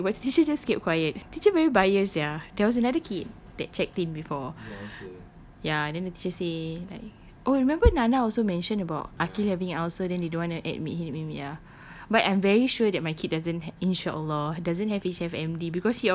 teacher check but the teacher just kept quiet teacher very biased sia there was another kid that checked in before ya then the teacher say like oh remember nana also mentioned about aqil having ulcer then they don't wanna admit him in ya but I'm very sure that my kid doesn't have inshaallah doesn't have H_F_M_D